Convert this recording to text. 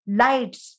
lights